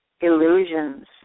illusions